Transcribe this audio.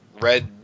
red